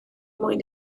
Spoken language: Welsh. mwyn